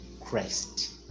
Christ